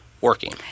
working